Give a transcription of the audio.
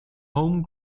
home